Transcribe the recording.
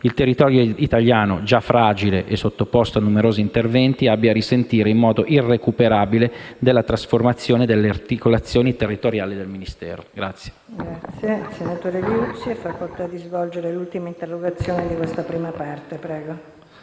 il territorio italiano, già fragile e sottoposto a numerosi interventi, abbia a risentire in modo irrecuperabile della trasformazione delle articolazioni territoriali del Ministero.